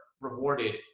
rewarded